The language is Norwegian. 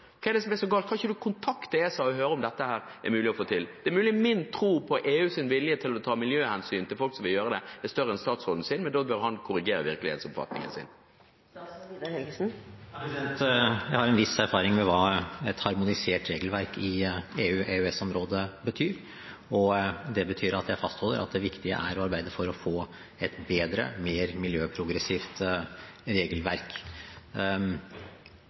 Hva er så galt? Kan han ikke kontakte ESA og høre om det er mulig å få til dette? Det er mulig at min tro på EUs vilje til å ta miljøhensyn til folk som vil gjøre det, er større enn statsrådens, men da bør han korrigere virkelighetsoppfatningen sin. Jeg har en viss erfaring med hva et harmonisert regelverk i EU/EØS-området betyr. Det betyr at jeg fastholder at det viktige er å arbeide for å få et bedre og mer miljøprogressivt regelverk.